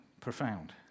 profound